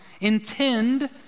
intend